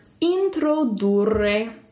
introdurre